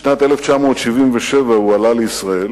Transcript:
בשנת 1977 הוא עלה לישראל